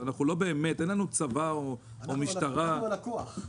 אבל אין לנו צבא או משטרה --- אנחנו הלקוח.